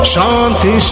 Shanti